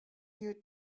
you